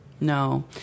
no